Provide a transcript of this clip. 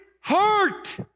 heart